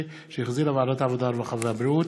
2016, שהחזירה ועדת העבודה, הרווחה והבריאות.